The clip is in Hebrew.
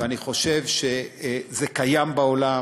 ואני חושב שזה קיים בעולם,